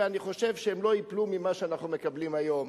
ואני חושב שהם לא ייפלו ממה שאנחנו מקבלים היום.